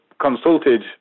consulted